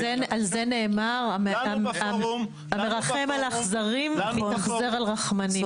על זה נאמר, המרחם על אכזרים, מתאכזר על רחמנים.